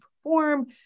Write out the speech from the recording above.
perform